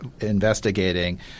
investigating